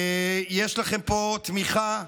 יש לכם פה תמיכה,